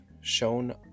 shown